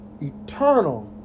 eternal